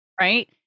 Right